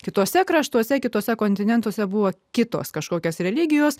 kituose kraštuose kituose kontinentuose buvo kitos kažkokios religijos